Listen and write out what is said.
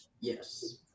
yes